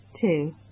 two